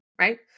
right